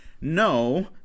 no